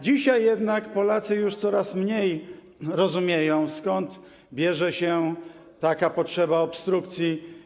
Dzisiaj jednak Polacy już coraz mniej rozumieją, skąd bierze się taka potrzeba obstrukcji.